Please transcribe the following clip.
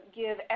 give